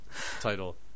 title